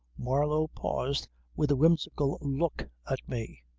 marlow paused with a whimsical look at me.